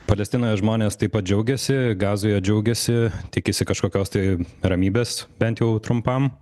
palestinoje žmonės taip pat džiaugiasi gazoje džiaugiasi tikisi kažkokios tai ramybės bent jau trumpam